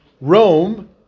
Rome